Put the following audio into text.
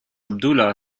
abdullah